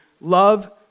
love